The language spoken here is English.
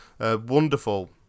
wonderful